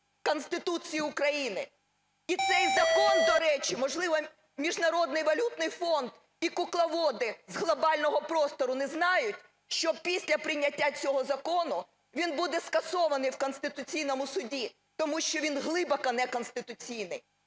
Конституції України. І цей закон, до речі, можливо, Міжнародний валютний фонд і кукловоды з глобального простору не знають, що після прийняття цього закону він буде скасований в Конституційному Суді, тому що він глибоко неконституційний.